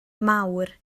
mawr